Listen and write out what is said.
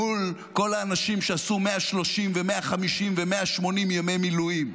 מול כל האנשים שעשו 130 ו-150 ו-180 ימי מילואים,